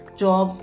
job